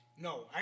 No